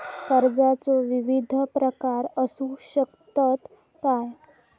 कर्जाचो विविध प्रकार असु शकतत काय?